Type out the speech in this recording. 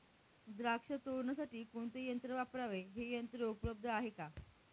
द्राक्ष तोडण्यासाठी कोणते यंत्र वापरावे? हे यंत्र उपलब्ध आहे का?